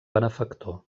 benefactor